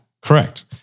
Correct